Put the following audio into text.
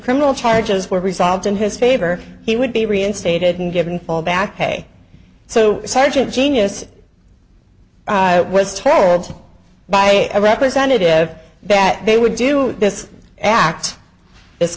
criminal charges were resolved in his favor he would be reinstated and given all back pay so sergeant genius i was told by a representative that they would do this act it's